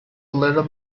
little